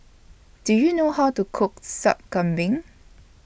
Do YOU know How to Cook Sup Kambing